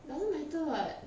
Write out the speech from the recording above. doesn't matter [what]